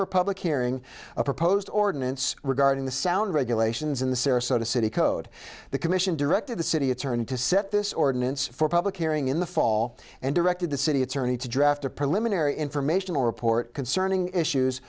for public hearing a proposed ordinance regarding the sound regulations in the sarasota city code the commission directed the city attorney to set this ordinance for public hearing in the fall and directed the city attorney to draft a preliminary information or report concerning issues